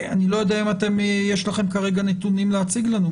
אני לא יודע אם יש לכם כרגע נתונים להציג לנו,